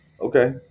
okay